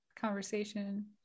conversation